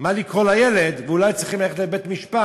מה לקרוא לילד, ואולי צריכים ללכת לבית-משפט